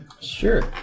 Sure